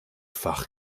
fach